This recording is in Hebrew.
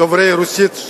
דוברי הרוסית,